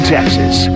Texas